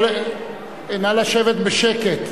נא לשבת בשקט,